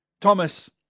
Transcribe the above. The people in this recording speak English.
Thomas